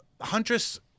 Huntress